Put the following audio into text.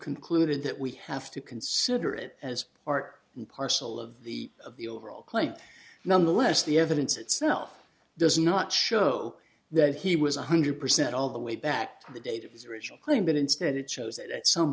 concluded that we have to consider it as part and parcel of the of the overall claim nonetheless the evidence itself does not show that he was one hundred percent all the way back to the date of his original claim but instead it shows that at some